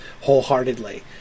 wholeheartedly